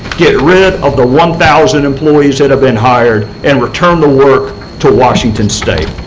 get rid of the one thousand employees that have been hired, and return the work to washington state.